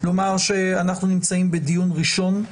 לומר שאנחנו נמצאים בדיון ראשון.